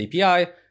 API